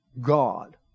God